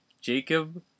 Jacob